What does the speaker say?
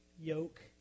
yoke